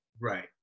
Right